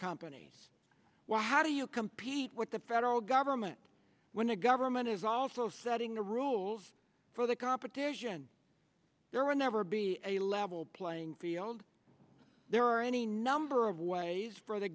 companies well how do you compete with the federal government when the government is also setting the rules for the competition there will never be a level playing field there are any number of ways for the